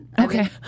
Okay